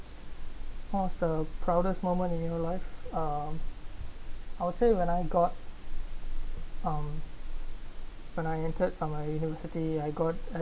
what was the proudest moment in your life uh I would say when I got um when I entered my university I got